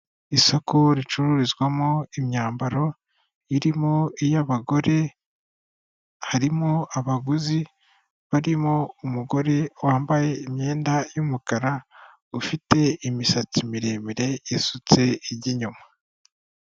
Isoko ricururizwamo imyambaro, irimo iy'abagore harimo abaguzi barimo umugore wambaye imyenda y'umukara ufite imisatsi miremire isutse ijya inyuma.